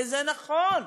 וזה נכון,